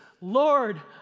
Lord